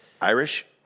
Irish